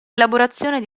elaborazione